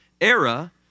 era